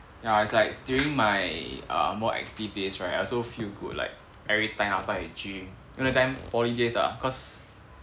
ya it's like during my uh more active days right I also feel good like every time after I gym you know that time poly days ah cause